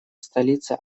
столица